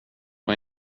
var